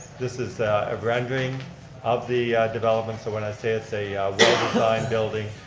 this is a rendering of the development so when i say it's a well designed building.